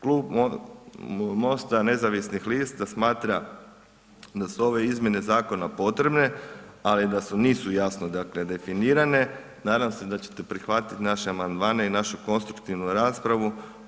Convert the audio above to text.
Klub MOST-a nezavisnih lista smatra da su ove izmjene zakona potrebe ali da su, nisu jasno dakle definirane, nadam se da ćete prihvatiti naše amandmane i našu konstruktivnu raspravu.